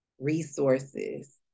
resources